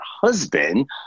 husband